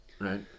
right